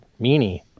meanie